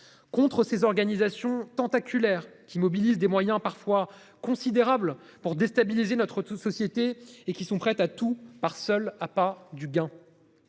contre ces organisations tentaculaires qui mobilise des moyens parfois considérables pour déstabiliser notre toute société et qui sont prêtes à tout par seul appât du gain.